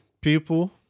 People